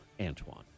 Antoine